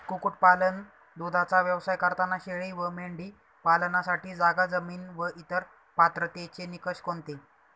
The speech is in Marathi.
कुक्कुटपालन, दूधाचा व्यवसाय करताना शेळी व मेंढी पालनासाठी जागा, जमीन व इतर पात्रतेचे निकष कोणते?